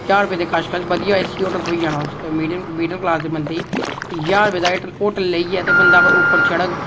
ज्हार रपेऽ दे कश कश एसी बधियै होटल थ्होई जाना उसी मीडियम क्लॉस दे बंदे ई ते ज्हार रपेऽ दा होटल लेइयै बंदा उप्पर चढ़ग